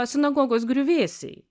sinagogos griuvėsiai